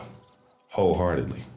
wholeheartedly